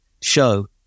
show